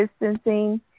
distancing